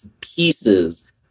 pieces